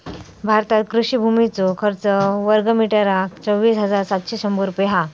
भारतात कृषि भुमीचो खर्च वर्गमीटरका चोवीस हजार सातशे शंभर रुपये हा